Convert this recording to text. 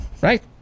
Right